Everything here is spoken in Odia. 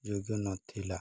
ଯୋଗ୍ୟ ନଥିଲା